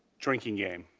drinking game.